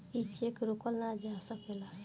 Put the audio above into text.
ई चेक रोकल ना जा सकेला